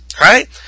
right